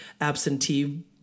absentee